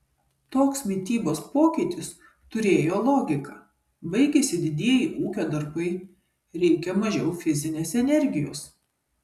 toks mitybos pokytis turėjo logiką baigėsi didieji ūkio darbai reikia mažiau fizinės energijos